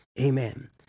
Amen